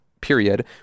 period